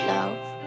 Love